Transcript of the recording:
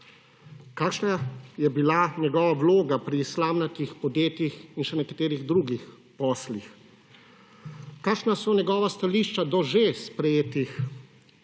kakšna je bila njegova vloga pri slamnatih podjetjih in še nekaterih drugih osmih. Kakšna so njegova stališča do že sprejetih